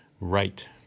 right